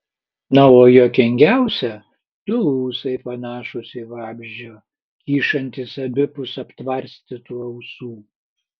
na o juokingiausia du ūsai panašūs į vabzdžio kyšantys abipus aptvarstytų ausų